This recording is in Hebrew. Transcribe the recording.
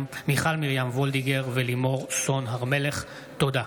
מיכל מרים וולדיגר ולימור סון הר מלך בנושא: